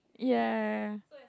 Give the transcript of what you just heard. ya ya ya ya